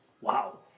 Wow